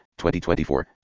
2024